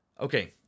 Okay